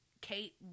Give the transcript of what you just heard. Kate